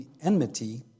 enmity